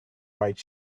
white